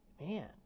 Man